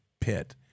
pit